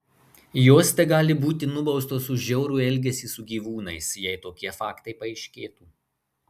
jos tegali būti nubaustos už žiaurų elgesį su gyvūnais jei tokie faktai paaiškėtų